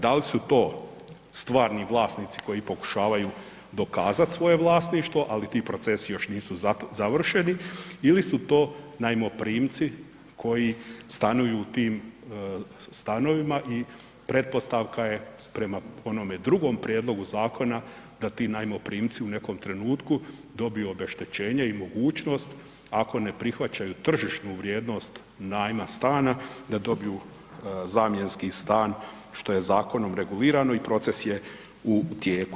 Da li su to stvarni vlasnici koji pokušavaju dokazati svoje vlasništvo, ali ti procesi još nisu završeni ili su to najmoprimci koji stanuju u tim stanovima i pretpostavka je prema onom drugom prijedlogu zakona da ti najmoprimci u nekom trenutku dobiju obeštećenje i mogućnost ako ne prihvaćaju tržišnu vrijednost najma stana da dobiju zamjenski stan što je zakonom regulirano i proces je u tijeku.